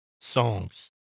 songs